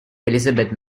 elizabeth